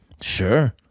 Sure